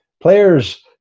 Players